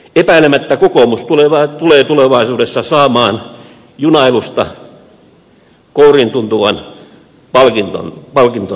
epäilemättä kokoomus tulee tulevaisuudessa saamaan junailusta kouriintuntuvan palkintonsa